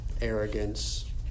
arrogance